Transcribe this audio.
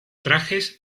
trajes